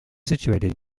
situated